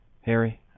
Harry